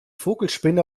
vogelspinne